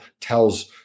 tells